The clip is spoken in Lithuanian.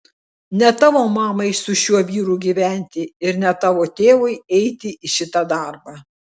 ne tavo mamai su šiuo vyru gyventi ir ne tavo tėvui eiti į šitą darbą